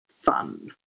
fun